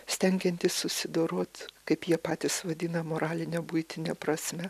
stengiantis susidorot kaip jie patys vadina moraline buitine prasme